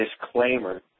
disclaimer